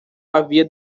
havia